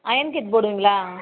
iron gate போடுவீங்களா